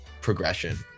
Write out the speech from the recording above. progression